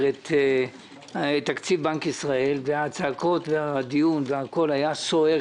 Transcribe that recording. את תקציב בנק ישראל אך הצעקות והדיון והכול היה סוער.